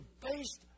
based